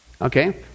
okay